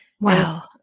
Wow